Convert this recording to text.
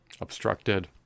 obstructed